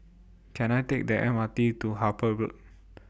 Can I Take The M R T to Harper Road